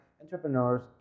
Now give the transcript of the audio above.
entrepreneurs